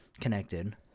connected